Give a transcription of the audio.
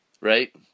right